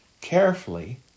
carefully